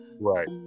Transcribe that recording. right